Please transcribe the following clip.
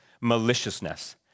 maliciousness